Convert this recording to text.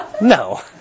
No